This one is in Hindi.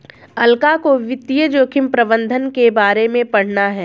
अलका को वित्तीय जोखिम प्रबंधन के बारे में पढ़ना है